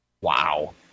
Wow